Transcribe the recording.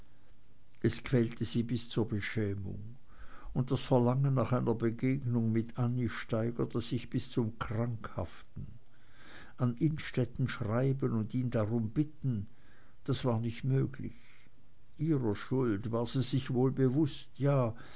es quälte sie bis zur beschämung und das verlangen nach einer begegnung mit annie steigerte sich bis zum krankhaften an innstetten schreiben und ihn darum bitten das war nicht möglich ihrer schuld war sie sich wohl bewußt